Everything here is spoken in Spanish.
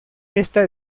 esta